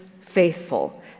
faithful